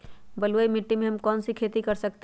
बलुई मिट्टी में हम कौन कौन सी खेती कर सकते हैँ?